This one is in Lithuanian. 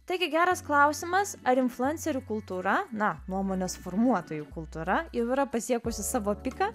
taigi geras klausimas ar influencerių kultūra na nuomonės formuotojų kultūra jau yra pasiekusi savo piką